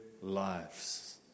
lives